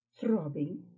throbbing